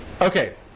Okay